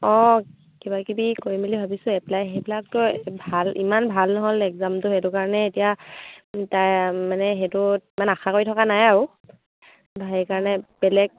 অঁ কিবা কিবি কৰিম বুলি ভাবিছোঁ এপ্লাই সেইবিলাকতো ভাল ইমান ভাল নহ'ল এক্সামটো সেইটো কাৰণে এতিয়া তাৰ মানে সেইটোত ইমান আশা কৰি থকা নাই আৰু তাৰপৰা সেইকাৰণে বেলেগ